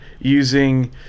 using